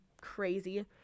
crazy